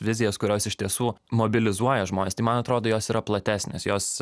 vizijos kurios iš tiesų mobilizuoja žmones tai man atrodo jos yra platesnės jos